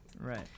Right